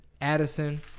Addison